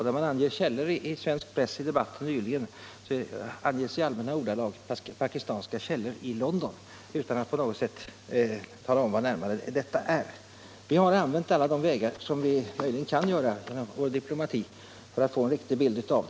Debatten i svensk press nyligen anger i allmänna ordalag pakistanska källor i London — utan att man på något sätt närmare talar om vad detta är. Vi har använt alla de vägar vi kan använda inom diplomatin för att få en riktig bild.